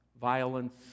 violence